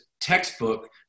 textbook